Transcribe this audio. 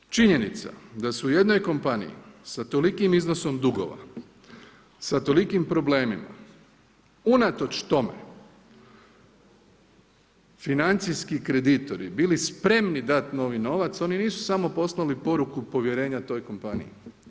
Činjenica da su u jednoj kompaniji sa tolikim iznosom dugova, sa tolikim problemima, unatoč tome financijski kreditori bili spremni dati novi novac, oni nisu samo poslali poruku povjerenja toj kompaniji.